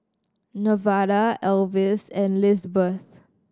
Nevada Alvis and Lisbeth